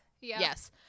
yes